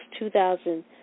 2000